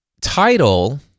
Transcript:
title